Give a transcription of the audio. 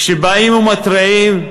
כשבאים ומתריעים,